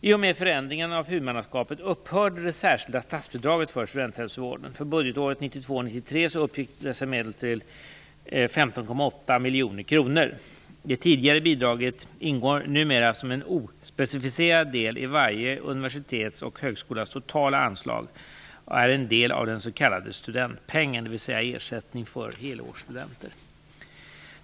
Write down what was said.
I och med förändringen av huvudmannaskapet upphörde det särskilda statsbidraget för studenthälsovården. För budgetåret 1992/93 uppgick dessa medel till 15,8 miljoner kronor. Det tidigare bidraget ingår nu som en ospecificerad del i varje universitets och högskolas totala anslag och är en del av den s.k. studentpengen, dvs. ersättning för helårsstudenter.